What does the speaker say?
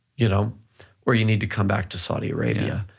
you know or you need to come back to saudi arabia.